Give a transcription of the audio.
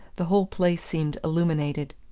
the whole place seemed illuminated.